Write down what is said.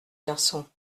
garçon